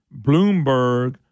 Bloomberg